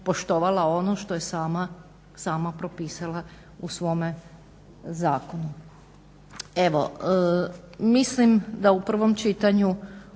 poštovala ono što je sama propisala, u svome zakonu. Evo mislim da u prvom čitanju